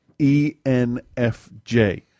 ENFJ